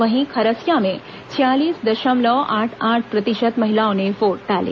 वहीं खरसिया में छियासी दशमलव आठ आठ प्रतिशत महिलाओं ने वोट डाले